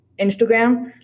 Instagram